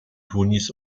tunis